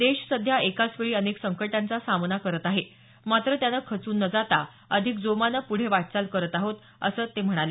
देश सध्या एकाच वेळी अनेक संकटांचा सामना करत आहे मात्र त्यानं खचून न जाता अधिक जोमानं पुढ वाटचाल करत आहे असं ते म्हणाले